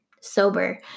sober